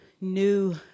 new